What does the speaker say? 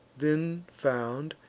then found,